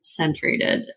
centrated